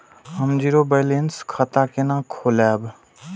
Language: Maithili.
हम जीरो बैलेंस खाता केना खोलाब?